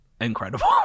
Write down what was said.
incredible